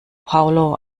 paulo